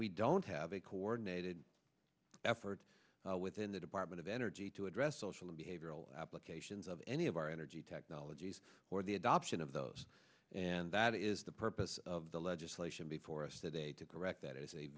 we don't have a coordinated effort within the department of energy to address social and behavioral applications of any of our energy technologies or the adoption of those and that is the purpose of the legislation before us today to correct that i